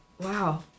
Wow